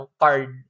card